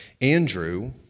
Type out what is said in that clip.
Andrew